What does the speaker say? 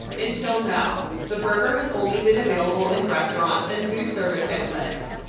until now, the burger has only been available in restaurants and food service outlets.